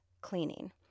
cleaning